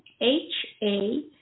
H-A